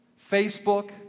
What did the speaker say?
Facebook